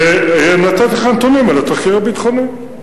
ונתתי לך נתונים על התחקיר הביטחוני.